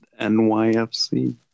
NYFC